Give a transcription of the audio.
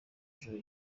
ijoro